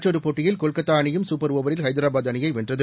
மற்றொரு போட்டியிலும் கொல்கத்தா அணி சூப்பர் ஓவரில் ஹைதராபாத் அணியை வென்றது